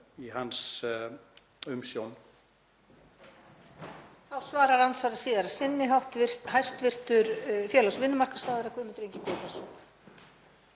í hans umsjón.